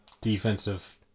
defensive